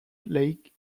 lake